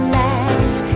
life